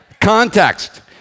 context